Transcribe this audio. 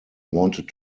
wanted